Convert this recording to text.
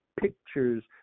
pictures